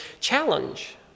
challenge